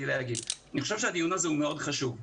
רגע ואמשיך: אני חושב שהדיון הזה הוא מאוד חשוב.